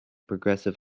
progressive